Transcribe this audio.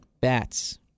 Bats